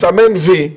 מסמן "וי",